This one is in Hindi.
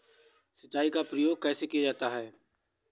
सिंचाई का प्रयोग कैसे किया जाता है?